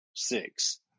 six